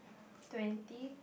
twenty